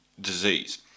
disease